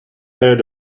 heard